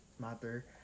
matter